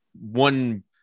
one